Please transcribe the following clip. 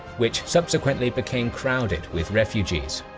which subsequently became crowded with refugees.